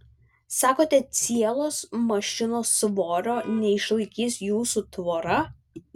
sakote cielos mašinos svorio neišlaikys jūsų tvora